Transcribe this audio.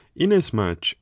inasmuch